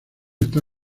está